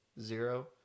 zero